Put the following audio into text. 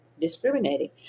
discriminating